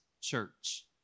church